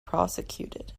prosecuted